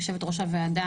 יושבת ראש הוועדה,